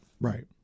right